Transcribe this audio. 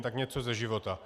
Tak něco ze života.